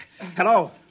Hello